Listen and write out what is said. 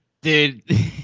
Dude